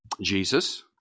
Jesus